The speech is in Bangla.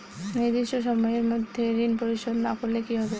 নির্দিষ্ট সময়ে মধ্যে ঋণ পরিশোধ না করলে কি হবে?